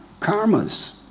karmas